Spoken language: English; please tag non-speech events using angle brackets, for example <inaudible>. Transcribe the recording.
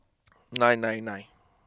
<noise> nine nine nine